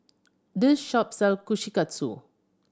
this shop sell Kushikatsu